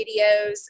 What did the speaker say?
videos